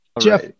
Jeff